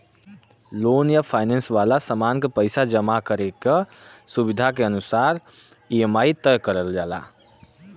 loan या finance वाला सामान क पइसा जमा करे क सुविधा के अनुसार ई.एम.आई तय करल जाला